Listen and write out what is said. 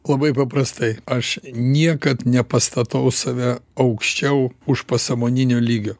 labai paprastai aš niekad nepastatau save aukščiau užpasąmoninio lygio